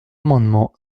amendement